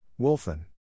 Wolfen